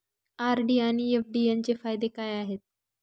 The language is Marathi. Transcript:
आर.डी आणि एफ.डी यांचे फायदे काय आहेत?